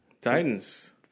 Titans